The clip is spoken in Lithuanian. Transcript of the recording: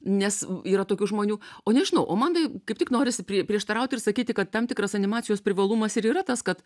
nes yra tokių žmonių o nežinau o man tai kaip tik norisi prie prieštarauti ir sakyti kad tam tikras animacijos privalumas ir yra tas kad